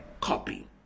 copy